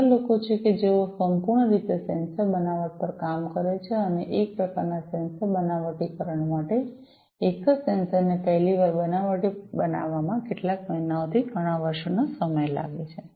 એવા લોકો છે કે જેઓ સંપૂર્ણ રીતે સેન્સર બનાવટ પર કામ કરે છે અને એક પ્રકારનાં સેન્સર બનાવટીકરણ માટે એક જ સેન્સર ને પહેલી વાર બનાવટી બનાવવામાં કેટલાક મહિનાથી ઘણા વર્ષોનો સમય લાગી શકે છે